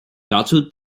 dazu